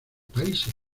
países